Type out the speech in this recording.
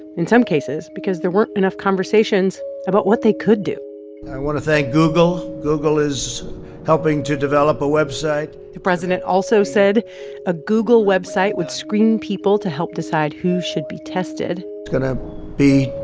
in some cases because there weren't enough conversations about what they could do i want to thank google. google is helping to develop a website the president also said a google website would screen people to help decide who should be tested it's going to be